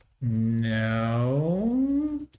No